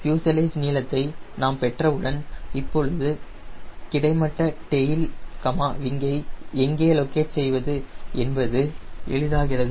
fuselage நீளத்தை நாம் பெற்றவுடன் இப்போது கிடைமட்ட டெயில் விங்கை எங்கே லோக்கேட் செய்வது என்பது எளிதாகிறது